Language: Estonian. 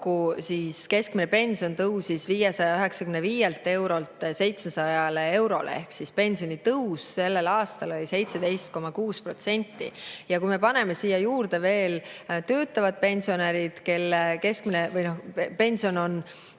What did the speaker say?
tõusis keskmine pension 595 eurolt 700 eurole. Ehk pensionitõus sellel aastal oli 17,6%. Kui me vaatame siia juurde veel töötavaid pensionäre, kelle pension on